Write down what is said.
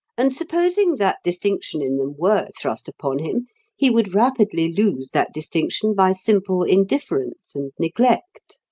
and supposing that distinction in them were thrust upon him he would rapidly lose that distinction by simple indifference and neglect.